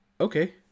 okay